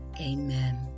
Amen